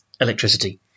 electricity